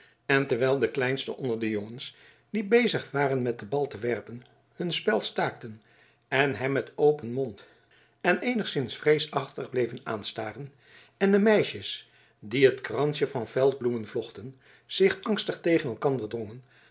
en terwijl de kleinsten onder de jongens die bezig waren met den bal te werpen hun spel staakten en hem met open mond en eenigszins vreesachtig bleven aanstaren en de meisjes die een kransje van veldbloemen vlochten zich angstig tegen elkander drongen